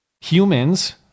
humans